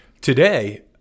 Today